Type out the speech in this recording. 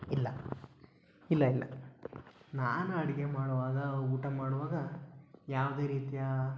ಇಲ್ಲ ಇಲ್ಲ ಇಲ್ಲ ನಾನು ಅಡುಗೆ ಮಾಡುವಾಗ ಊಟ ಮಾಡುವಾಗ ಯಾವುದೇ ರೀತಿಯ